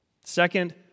second